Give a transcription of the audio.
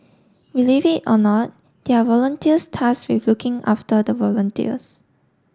believe it or not there are volunteers tasked with looking after the volunteers